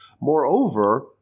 Moreover